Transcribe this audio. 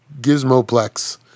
Gizmoplex